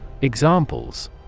Examples